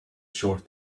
short